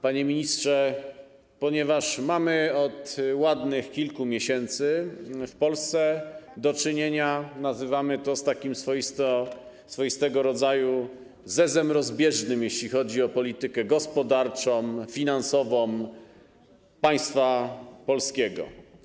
Panie ministrze, ponieważ mamy od ładnych kilku miesięcy w Polsce do czynienia, nazywamy to tak, z takim swoistego rodzaju zezem rozbieżnym, jeśli chodzi o politykę gospodarczą, finansową państwa polskiego.